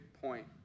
point